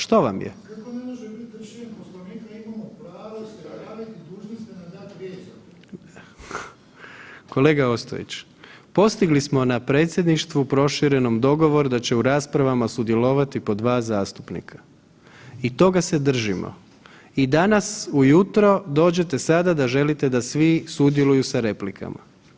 Što vam je? … [[Govornik nije uključen.]] Kolega Ostojić, postigli smo na predsjedništvu proširenom dogovor da će u raspravama sudjelovati po 2 zastupnika i toga se držimo i danas ujutro dođete sada da želite da svi sudjeluju sa replikama.